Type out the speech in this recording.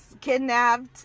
kidnapped